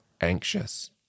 anxious